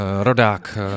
rodák